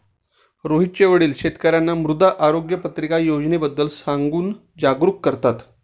रोहितचे वडील शेतकर्यांना मृदा आरोग्य पत्रिका योजनेबद्दल सांगून जागरूक करतात